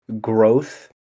growth